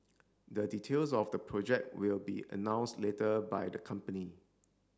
the details of the project will be announced later by the company